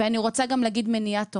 אני רוצה גם להגיד מניעת עוני.